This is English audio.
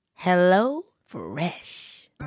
HelloFresh